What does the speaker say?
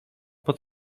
pod